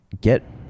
Get